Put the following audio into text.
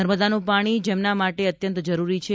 નર્મદાનું પાણી જેમના માટે અત્યંત જરૂરી છે